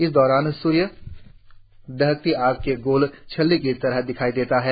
इस दौरान सूर्य दहकती आग के गोल छल्ले की तरह दिखाई देता है